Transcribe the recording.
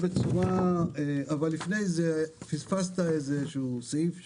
לפני זה פספסת איזשהו סעיף שם,